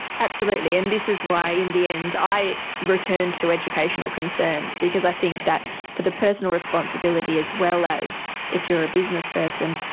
absolutely, and this is why in the end i return to educational concerns because i think that for the personal responsibility as well as if you're a businessperson,